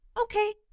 okay